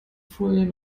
folien